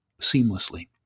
seamlessly